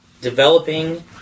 developing